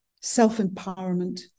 self-empowerment